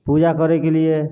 पूजा करैके लिए